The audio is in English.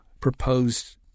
proposed